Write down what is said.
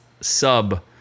sub